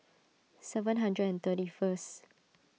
seven hundred and thirty first